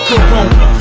Corona